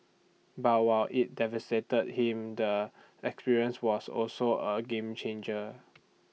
but while IT devastated him the experience was also A game changer